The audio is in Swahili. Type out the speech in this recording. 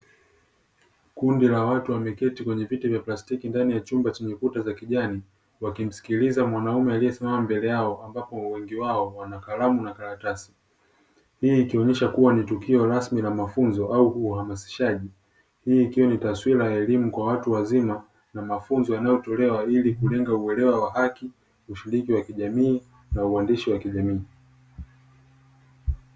Kundi la watu wameketi kwenye viti vya plastiki ndani ya chumba chenye kuta za kijani, wakimsikiliza mwanaume aliesimama mbele yao ambapo wengi wao wana kalamu na karatasi. Hii ikionyesha kuwa ni tukio rasmi la mafunzo au uhamasishaji, hii ikiwa ni taswira ya elimu kwa watu wazima na mafunzo yanayotolewa ili kulenga uelewa wa haki, ushiriki wa kijamii na uandishi wa kijamii.